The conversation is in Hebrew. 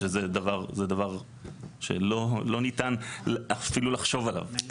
זה דבר שלא ניתן אפילו לחשוב עליו.